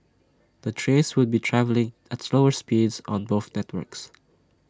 the trains would be travelling at slower speeds on both networks